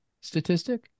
statistic